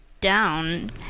down